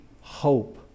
hope